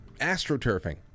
Astroturfing